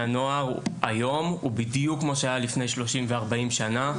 הנוער היום הוא בדיוק כמו שהיה לפני 30 ו-40 שנה,